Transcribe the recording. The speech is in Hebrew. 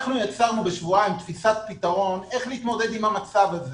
אנחנו יצרנו בשבועיים תפיסת פתרון איך להתמודד עם המצב הזה